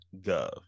gov